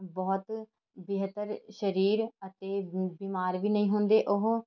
ਬਹੁਤ ਬਿਹਤਰ ਸਰੀਰ ਅਤੇ ਬਿਮਾਰ ਵੀ ਨਹੀਂ ਹੁੰਦੇ ਉਹ